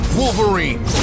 Wolverine